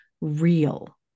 real